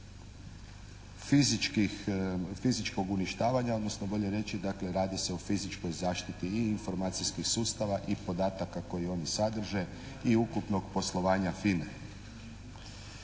fizičkog uništavanja, odnosno bolje reći dakle radi se o fizičkoj zaštiti i informacijskih sustava i podataka koje oni sadrže i ukupnog poslovanja FINA-e.